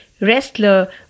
wrestler